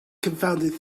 confounded